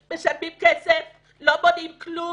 משלמים כסף, לא מונעים כלום?